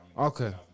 Okay